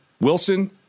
Wilson